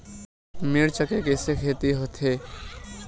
मिर्च के कइसे खेती होथे?